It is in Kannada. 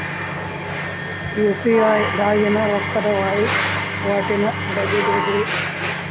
ಯು.ಪಿ.ಐ ದಾಗಿನ ರೊಕ್ಕದ ವಹಿವಾಟಿನ ಬಗ್ಗೆ ತಿಳಸ್ರಿ